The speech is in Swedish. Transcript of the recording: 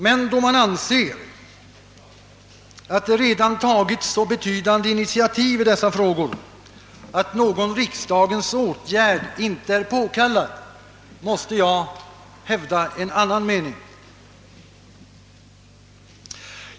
Men då man anser att det redan tagits så betydande initiativ i frågorna att någon riksdagens åtgärd inte är påkallad, måste jag hävda en annan mening.